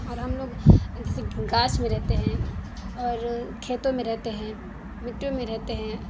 اور ہم لوگ جیسے گاچھ میں رہتے ہیں اور کھیتوں میں رہتے ہیں مٹیوں میں رہتے ہیں